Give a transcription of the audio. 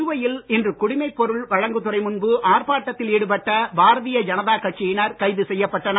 புதுவையில் இன்று குடிமைபொருள் வழங்குதுறை முன்பு ஆர்ப்பாட்டத்தில் ஈடுபட்ட பாரதிய ஜனதா கட்சியினர் கைது செய்யப் பட்டனர்